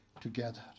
together